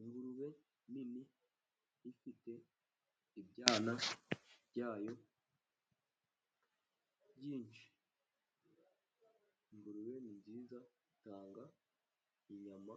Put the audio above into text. Ingurube nini ifite ibyana byayo byinshi, ingurube ni nziza itanga inyama,